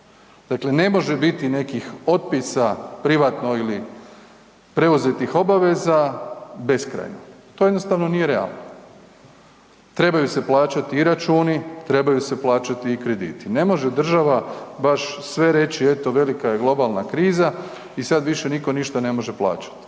Dakle, ne može biti nekih otpisa privatno ili preuzetih obveza beskrajno, to jednostavno nije realno. Trebaju se plaćati i računi, trebaju se plaćati i krediti. Ne može država baš sve reći eto velika je globalna kriza i sad više niko ništa ne može plaćati.